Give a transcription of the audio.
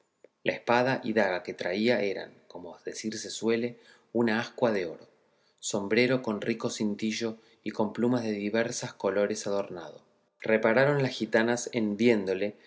la espada y daga que traía eran como decirse suele una ascua de oro sombrero con rico cintillo y con plumas de diversas colores adornado repararon las gitanas en viéndole